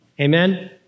Amen